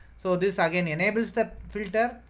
so this again enables the filter.